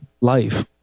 life